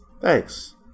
Thanks